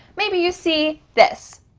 maybe you see this.